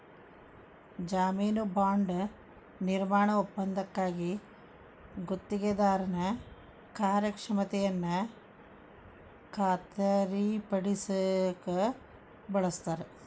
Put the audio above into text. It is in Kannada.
ಜಾಮೇನು ಬಾಂಡ್ ನಿರ್ಮಾಣ ಒಪ್ಪಂದಕ್ಕಾಗಿ ಗುತ್ತಿಗೆದಾರನ ಕಾರ್ಯಕ್ಷಮತೆಯನ್ನ ಖಾತರಿಪಡಸಕ ಬಳಸ್ತಾರ